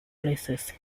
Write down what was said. places